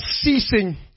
ceasing